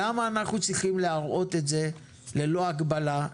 למה אנחנו צריכים להראות את זה ללא הגבלה,